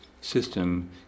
system